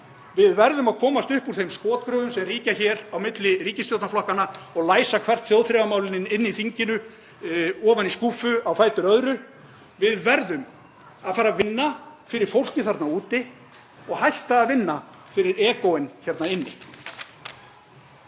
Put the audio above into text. Við verðum að komast upp úr þeim skotgröfum sem ríkja hér á milli ríkisstjórnarflokkanna og læsa hvert þjóðþrifamálið á fætur öðru inni í þinginu, ofan í skúffu. Við verðum að fara að vinna fyrir fólkið þarna úti og hætta að vinna fyrir egóin hérna inni.